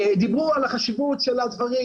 דיברו על החשיבות של הדברים,